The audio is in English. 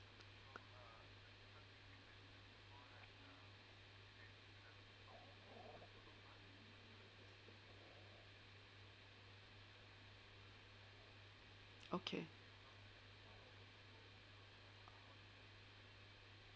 okay